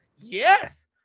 yes